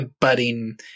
budding